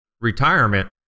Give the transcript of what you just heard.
retirement